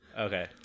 Okay